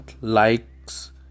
likes